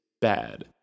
bad